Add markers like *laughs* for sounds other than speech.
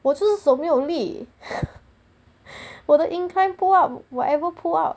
我是手没有力 *laughs* 我的 incline pull up whatever pull up